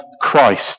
Christ